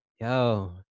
yo